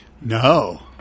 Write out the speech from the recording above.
No